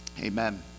Amen